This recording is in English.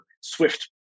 Swift